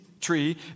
tree